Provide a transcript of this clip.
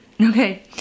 Okay